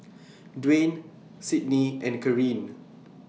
Dwayne Cydney and Caryn